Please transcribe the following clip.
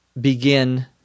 begin